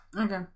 okay